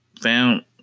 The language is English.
found